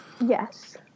Yes